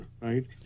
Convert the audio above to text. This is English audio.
right